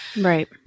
Right